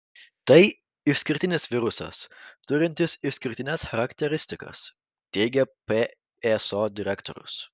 tai išskirtinis virusas turintis išskirtines charakteristikas teigia pso direktorius